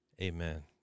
Amen